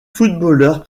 footballeur